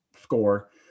score